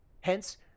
Hence